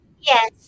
Yes